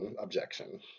objection